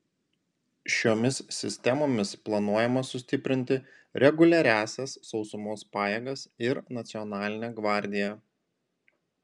šiomis sistemomis planuojama sustiprinti reguliariąsias sausumos pajėgas ir nacionalinę gvardiją